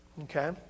Okay